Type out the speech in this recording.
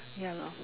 ya lor